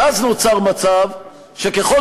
ואז נוצר מצב שככל